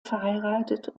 verheiratet